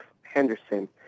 Henderson